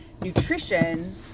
nutrition